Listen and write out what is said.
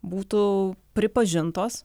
būtų pripažintos